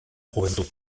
juventud